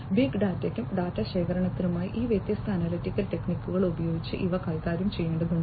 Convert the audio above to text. big ഡാറ്റയ്ക്കും data ശേഖരണത്തിനുമായി ഈ വ്യത്യസ്തമായ അനലിറ്റിക്കൽ ടെക്നിക്കുകൾ ഉപയോഗിച്ച് ഇവ കൈകാര്യം ചെയ്യേണ്ടതുണ്ട്